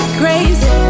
crazy